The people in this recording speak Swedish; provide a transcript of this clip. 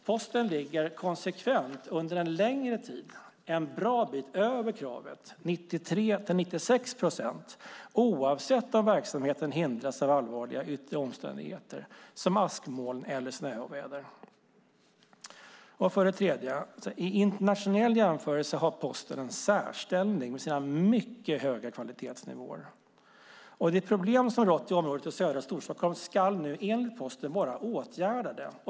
Posten ligger konsekvent, under en längre tid, en bra bit över kravet, 93-96 procent, oavsett om verksamheten hindras av allvarliga yttre omständigheter som askmoln eller snöoväder. För det tredje har Posten vid internationell jämförelse en särställning med sina mycket höga kvalitetsnivåer. De problem som har rått i området södra Storstockholm ska nu enligt Posten vara åtgärdade.